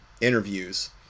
interviews